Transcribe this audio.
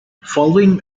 following